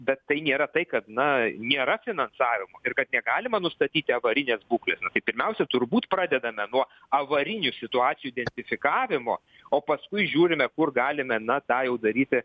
bet tai nėra tai kad na nėra finansavimo ir kad negalima nustatyti avarinės būklės pirmiausia turbūt pradedame nuo avarinių situacijų identifikavimo o paskui žiūrime kur galime na tą jau daryti